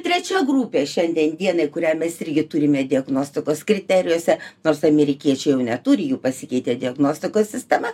trečia grupė šiandien dienai kurią mes irgi turime diagnostikos kriterijuose nors amerikiečiai jau neturi jų pasikeitė diagnostikos sistema